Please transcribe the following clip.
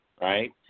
right